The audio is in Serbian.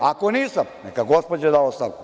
Ako nisam, neka gospođa da ostavku.